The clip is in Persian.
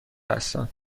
هستم